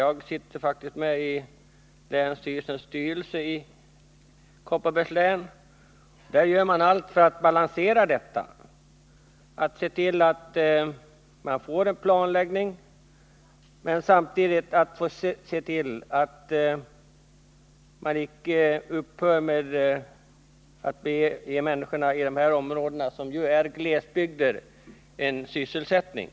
Jag sitter med i länsstyrelsen för Kopparbergs län, och jag vet att man där gör allt för att uppnå balans mellan önskemålet att få en planläggning och strävandena att ge människorna i dessa områden, som ju är glesbygdsområden, sysselsättning.